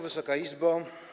Wysoka Izbo!